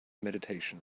meditation